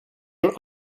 your